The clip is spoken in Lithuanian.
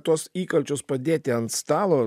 tuos įkalčius padėti ant stalo